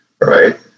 right